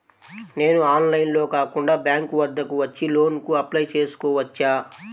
నేను ఆన్లైన్లో కాకుండా బ్యాంక్ వద్దకు వచ్చి లోన్ కు అప్లై చేసుకోవచ్చా?